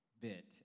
bit